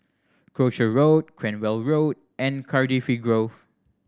Croucher Road Cranwell Road and Cardifi Grove